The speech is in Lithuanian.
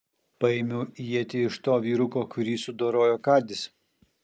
paėmiau ietį iš to vyruko kurį sudorojo kadis